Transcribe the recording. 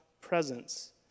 presence